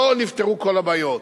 לא נפתרו כל הבעיות,